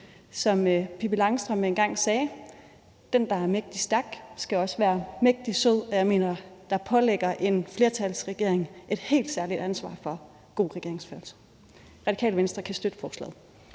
Som Pippi Langstrømpe engang sagde: Den, der er mægtig stærk, skal også være mægtig sød. Og jeg mener, der påhviler en flertalsregering et helt særligt ansvar for god regeringsførelse. Radikale Venstre kan støtte forslaget.